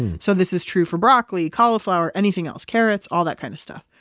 so this is true for broccoli, cauliflower anything else. carrots, all that kind of stuff.